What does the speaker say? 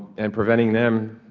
and preventing them